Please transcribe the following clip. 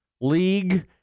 league